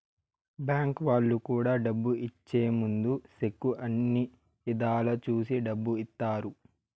bank వాళ్ళు కూడా డబ్బు ఇచ్చే ముందు సెక్కు అన్ని ఇధాల చూసి డబ్బు ఇత్తారు